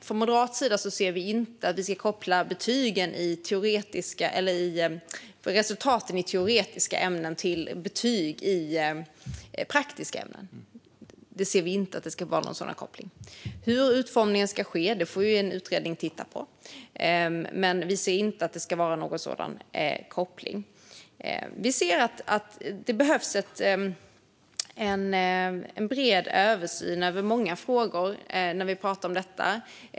Från Moderaternas sida ser vi inte att man ska koppla resultat i teoretiska ämnen till betyg i praktiska ämnen. Vi ser inte att det ska finnas någon sådan koppling. Hur utformningen ska ske får en utredning titta på, men vi anser inte att det ska finnas någon sådan koppling. Vi ser att det behövs en bred översyn av många frågor som har att göra med detta.